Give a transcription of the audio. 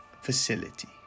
facility